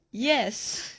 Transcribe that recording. yes